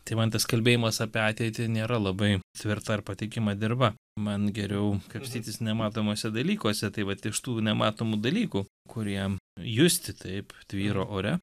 tai man tas kalbėjimas apie ateitį nėra labai tvirta ir patikimą dirvą man geriau kapstytis nematomuose dalykuose tai vat iš tų nematomų dalykų kurie justi taip tvyro ore